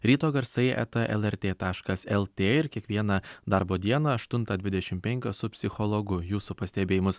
ryto garsai eta lrt taškas lt ir kiekvieną darbo dieną aštuntą dvidešimt penkios su psichologu jūsų pastebėjimus